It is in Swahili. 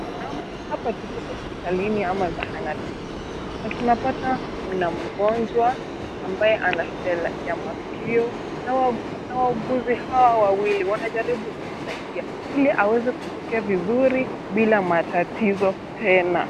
Hapa tuko hospitalini ama zahanatini na tunapata mna mgonjwa ambaye ana shida ya masikio, na wauguzi hawa wawili wanajaribu kumsaidia ili, aweze kusikia vizuri bila matatizo tena .